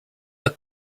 are